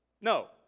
No